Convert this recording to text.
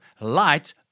light